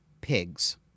pigs